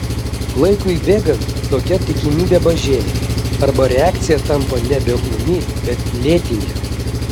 laikui bėgant tokia tikimybė mažėja arba reakcija tampa nebe ūmi bet lėtinė